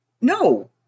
No